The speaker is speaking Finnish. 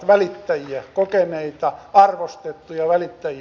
kokeneita arvostettuja välittäjiä